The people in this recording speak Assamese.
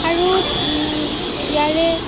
আৰু ইয়াৰে